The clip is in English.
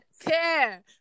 care